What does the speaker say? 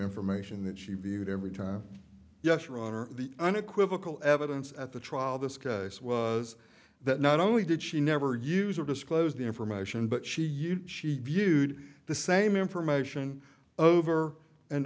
information that she viewed every time yes your honor the unequivocal evidence at the trial this case was that not only did she never use or disclose the information but she used she viewed the same information over and